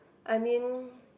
I mean